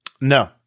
No